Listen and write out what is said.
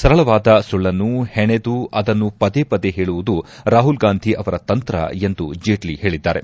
ಸರಳವಾದ ಸುಳ್ಳನ್ನು ಹೆಣೆದು ಅದನ್ನು ಪದೇ ಪದೇ ಹೇಳುವುದು ರಾಹುಲ್ ಗಾಂಧಿ ಅವರ ತಂತ್ರ ಎಂದು ಜೇಟ್ಲ ಹೇಳಿದ್ದಾರೆ